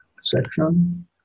section